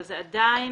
אבל זה עדיין